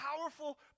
powerful